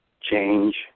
change